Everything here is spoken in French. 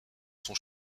son